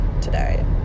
today